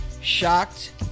shocked